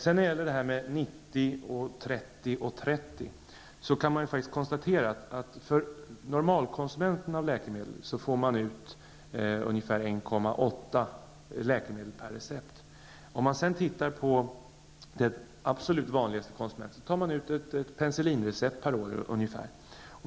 När det gäller principen 90--30--30 kan man konstatera att normalkonsumenten av läkemedel får ut ungefär 1,8 läkemedel per recept. Den absolut vanligaste läkemedelskonsumenten tar ut ungefär ett penicillinrecept per år.